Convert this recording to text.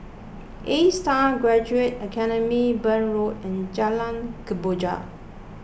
Astar Graduate Academy Burn Road and Jalan Kemboja